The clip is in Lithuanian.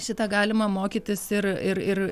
šitą galima mokytis ir ir ir